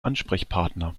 ansprechpartner